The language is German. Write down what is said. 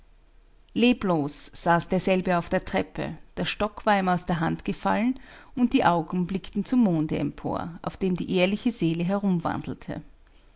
leblos saß derselbe auf der treppe der stock war ihm aus der hand gefallen und die augen blickten zum monde empor auf dem die ehrliche seele